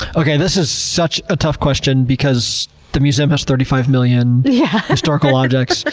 okay, this is such a tough question because the museum has thirty five million yeah historical objects,